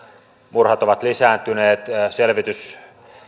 murhat ovat lisääntyneet